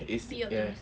it's ya